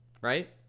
Right